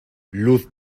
luz